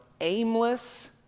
aimless